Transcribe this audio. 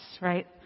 right